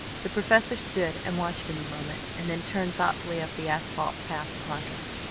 the professor stood and watched him a moment, and then turned thoughtfully up the asphalt path, pondering.